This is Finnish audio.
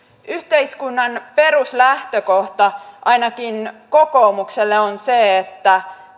yhteiskunnan peruslähtökohta ainakin kokoomukselle on se että